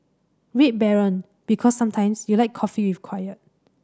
Red Baron Because sometimes you like coffee with quiet